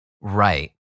right